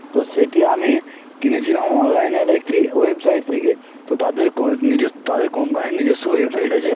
তো সেটি আমি কিনেছিলাম অনলাইনের একটি ওয়েবসাইট থেকে তো তাদের কো নিজের তাদের কোম্পানির নিজস্ব ওয়েবসাইট আছে